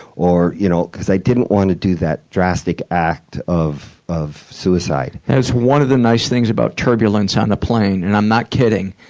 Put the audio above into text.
you know cause i didn't want to do that drastic act of of suicide. that's one of the nice things about turbulence on plane, and i'm not kidding,